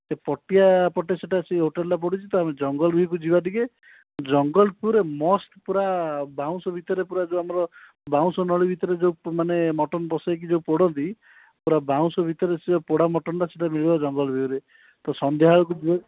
ସେ ପଟିଆ ପଟେ ସେଇଟା ସେ ହୋଟେଲ୍ଟା ପଡ଼ୁଛି ତ ଜଙ୍ଗଲ ଭିଉକୁ ଯିବା ଟିକିଏ ଜଙ୍ଗଲ ଭିଉରେ ମସ୍ତ୍ ପୁରା ବାଉଁଶ ଭିତରେ ପୁରା ଯେଉଁ ଆମର ବାଉଁଶ ନଳୀ ଭିତରେ ଯେଉଁ ମାନେ ମଟନ୍ ପସେଇକି ଯେଉଁ ପୋଡ଼ାନ୍ତି ପୁରା ବାଉଁଶ ଭିତରେ ସେ ପୋଡ଼ା ମଟନ୍ଟା ସେଇଟା ମିଳିବ ସେ ଜଙ୍ଗଲ ଭିଉରେ ତ ସନ୍ଧ୍ୟାବେଳକୁ